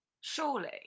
surely